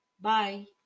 Bye